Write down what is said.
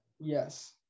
Yes